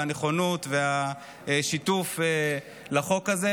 הנכונות והשיתוף בחוק הזה,